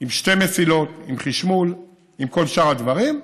עם שתי מסילות, עם חשמול, עם כל שאר הדברים,